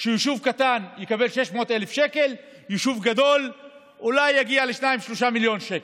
שיישוב קטן יקבל 600,000 שקל ויישוב גדול אולי יגיע ל-3-2 מיליון שקל,